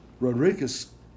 Rodriguez